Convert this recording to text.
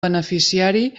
beneficiari